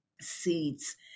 seeds